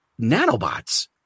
nanobots